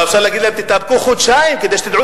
אבל אפשר להגיד להם: תתאפקו חודשיים כדי שתדעו